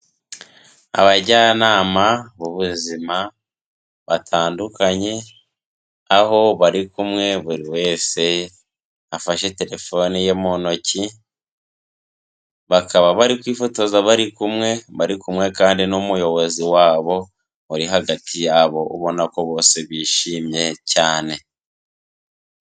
Abajyanama b'ubuzima batandukanye, aho bari kumwe, buri wese afashe terefoni ye mu ntoki, bakaba bari kwifotoza bari kumwe, bari kumwe kandi n'umuyobozi wabo uri hagati yabo, ubona ko bose bishimye cyane.